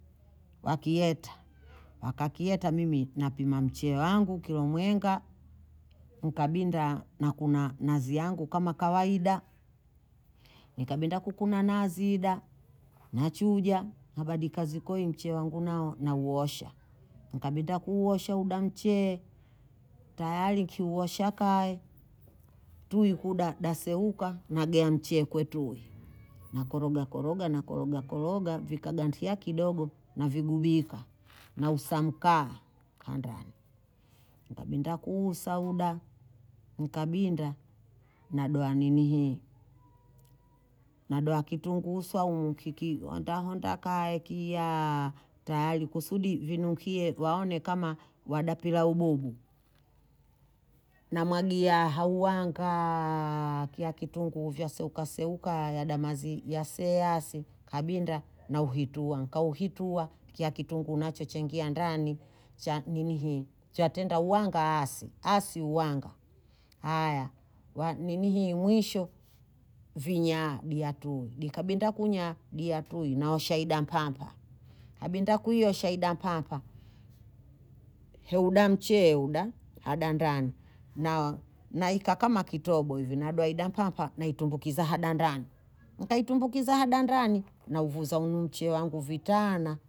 Wakakieta, wakakieta mimi na pima mche wangu kilomwenga. Nkabinda na kuna nazi wangu kama kawaida. Nkabinda kukuna nazi ida, nachuja, nabadi kazikoi mche wangu na uosha. Nkabinda kuuosha, udamcheee, tayari kiuosha kaye, tui kuda, dasewuka, nagea mche kwe tui. Nakoroga koroga, nakoroga koroga, vika gantia kidogo, na vigubika. Na usamkaaa. Nkabinda kuusa uda, nkabinda, na doa ninihe. Na doa kitungu usuwa mkiki. Wanta honta kaya kia tayari kusudi vinukie waone kama wadapila ubugu. Na magia hawangaaa kia kitungu vyasewuka sewuka, yadamazi, yase asi. Nkabinda na uhituan. Nkahuhitua kia kitungu nacho chengia ndani. Cha nibi hi njatenda uwanga asi. Asi uwanga. Hayaa ninihe mwisho vinya diya tui. Nkabinda kunya diya tui na oshaida mpampa. Nkabinda kuyo oshaida mpampa. Huda mchie huda, hudan ndani. Na hika kama kitobo hivi na doa hida mpampa na itumbukiza hudan ndani. Nkaitumbukiza hudan rani na uvuza unumchie wangu vitana.